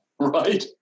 right